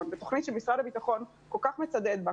ותוכנית שמשרד הביטחון כל כך מצדד בה,